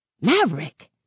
Maverick